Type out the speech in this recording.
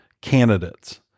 candidates